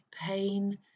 pain